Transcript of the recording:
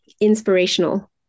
inspirational